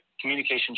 communication